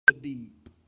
deep